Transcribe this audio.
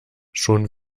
schon